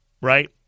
right